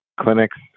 clinics